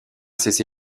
cessé